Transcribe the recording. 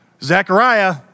Zechariah